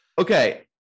Okay